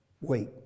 wait